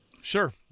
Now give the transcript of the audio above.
Sure